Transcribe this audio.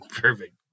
perfect